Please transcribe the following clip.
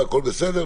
והכול בסדר,